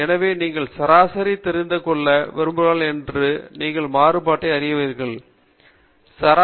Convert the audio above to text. எனவே நீங்கள் சராசரி தெரிந்து கொள்ள விரும்புகிறீர்கள் மற்றும் நீங்கள் மாறுபாட்டை அறிய விரும்புகிறீர்கள்